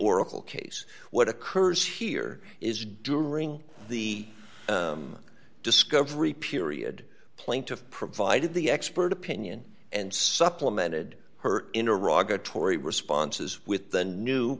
oracle case what occurs here is during the discovery period plaintiff provided the expert opinion and supplemented her in iraq atory responses with the new